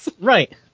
Right